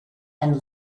and